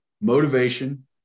motivation